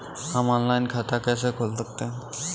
हम ऑनलाइन खाता कैसे खोल सकते हैं?